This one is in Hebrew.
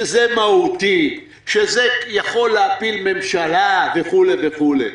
שזה מהותי, שזה יכול להפיל ממשלה וכו' וכו'.